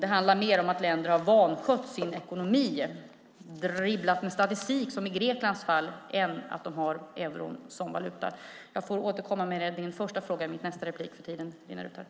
Det handlar mer om att länder har vanskött sin ekonomi och dribblat med statistik, som i Greklands fall, än att de har euron som valuta. Jag får återkomma till din första fråga i min nästa replik, eftersom tiden är slut nu.